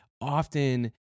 often